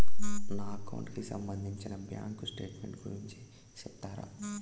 నా అకౌంట్ కి సంబంధించి బ్యాంకు స్టేట్మెంట్ గురించి సెప్తారా